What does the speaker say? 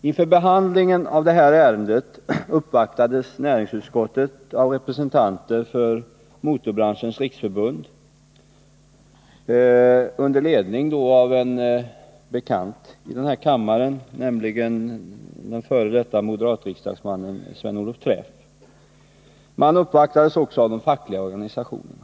Inför behandlingen av detta ärende uppvaktades näringsutskottet av representanter för Motorbranschens riksförbund under ledning av en bekant i denna kammare, nämligen den förre moderatriksdagsmannen Sven-Olov Träff. Utskottet uppvaktades också av de fackliga organisationerna.